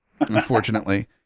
unfortunately